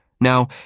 Now